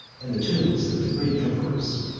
and the tombs of the greek emperors.